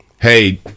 Hey